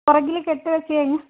പുറകിൽ കെട്ട് വെച്ച് കഴിഞ്ഞാൽ